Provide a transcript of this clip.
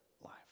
life